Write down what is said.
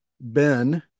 Ben